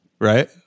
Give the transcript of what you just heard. Right